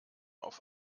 auf